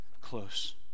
close